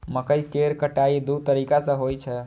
मकइ केर कटाइ दू तरीका सं होइ छै